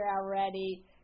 already